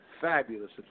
fabulous